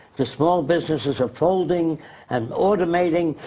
the small businesses are folding and automating,